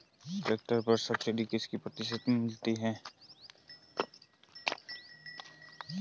Tractor पर subsidy कितने प्रतिशत मिलती है?